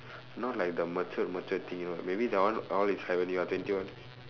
not like the mature mature thing you know maybe that one all is happening what twenty one